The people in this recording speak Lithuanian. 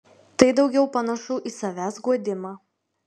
tai daugiau panašu į savęs guodimą